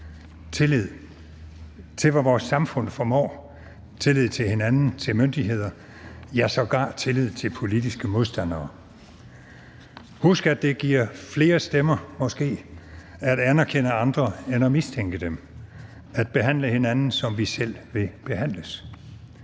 Tillid til, hvad vores samfund formår, tillid til hinanden, til myndigheder, ja, sågar tillid til politiske modstandere. Husk, at det giver flere stemmer, måske, at anerkende andre end at mistænke dem; at behandle hinanden, som vi selv vil behandles.